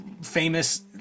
famous